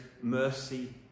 mercy